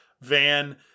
van